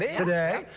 today,